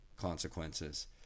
consequences